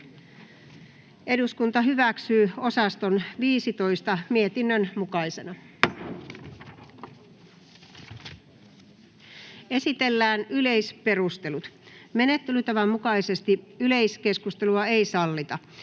osaston yksityiskohtaiseen käsittelyyn. Esitellään yleisperustelut. Menettelytavan mukaisesti yleiskeskustelua ei sallita.